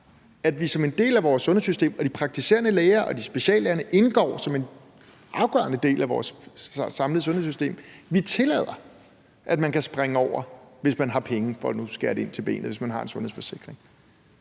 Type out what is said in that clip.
at vi som en del af vores sundhedssystem – og de praktiserende læger og speciallægerne indgår som en afgørende del af vores samlede sundhedssystem – tillader, at man kan springe over, hvis man har penge, får nu at skære ind til benet, altså hvis man har en sundhedsforsikring.